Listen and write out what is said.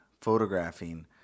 photographing